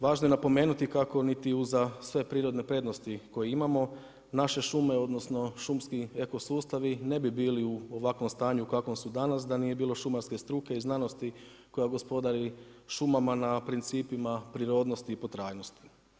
Važno je napomenuti kako niti uza sve prirodne prednosti koje imamo naše šume, odnosno šumski eko sustavi ne bi bili u ovakvom stanju u kakvom su danas da nije bilo šumarske struke i znanosti koja gospodari šumama na principima prirodnosti i potrajnosti.